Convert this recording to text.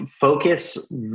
focus